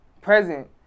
present